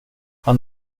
han